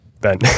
Ben